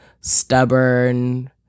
stubborn